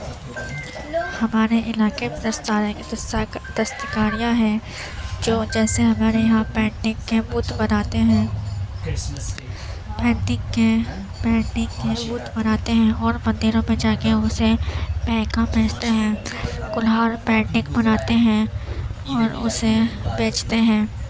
ہمارے علاقے میں بہت سارے اس طرح کے دستکاریاں ہیں جو جیسے ہمارے یہاں پینٹنگ کے بت بناتے ہیں پینٹنگ کے پینٹنگ کے بت بناتے ہیں اور مندروں میں جا کے اسے مہنگا بیچتے ہیں کمہار پینٹنگ بناتے ہیں اور اسے بیچتے ہیں